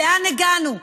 לאן הגענו?